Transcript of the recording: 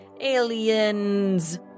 aliens